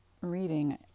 reading